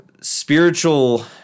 spiritual